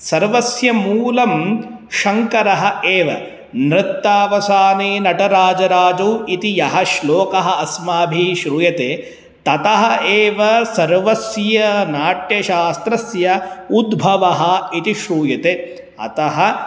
सर्वस्य मूलः शङ्करः एव नृत्तावसाने नटराजराजो इति यः श्लोकः अस्माभिः श्रूयते ततः एव सर्वस्य नाट्यशास्त्रस्य उद्भवः इति श्रूयते अतः